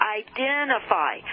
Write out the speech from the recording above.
identify